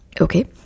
Okay